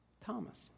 Thomas